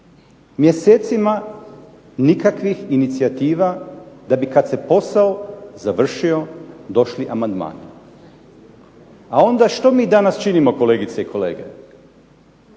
Mjesecima nikakvih inicijativa da bi kad se posao završio došli amandmani. A onda što mi danas činimo kolegice i kolege?